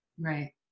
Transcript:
right